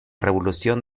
revolución